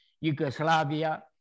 Yugoslavia